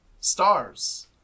stars